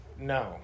No